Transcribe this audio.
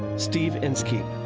steve inski.